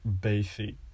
Basic